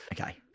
Okay